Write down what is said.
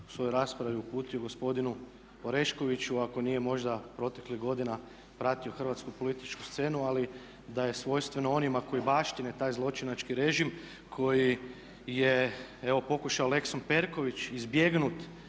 u svojoj raspravi uputio gospodinu Oreškoviću ako nije možda proteklih godina pratio hrvatsku političku scenu, ali da je svojstveno onima koji baštine taj zločinački režim koji je evo pokušao Lex Perković izbjegnut